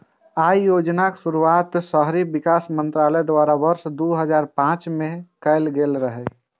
अय योजनाक शुरुआत शहरी विकास मंत्रालय द्वारा वर्ष दू हजार पांच मे कैल गेल रहै